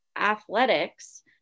athletics